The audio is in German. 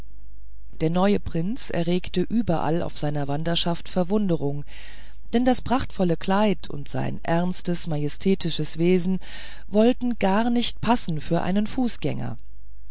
der neue prinz erregte überall auf seiner wanderschaft verwunderung denn das prachtvolle kleid und sein ernstes majestätisches wesen wollte gar nicht passen für einen fußgänger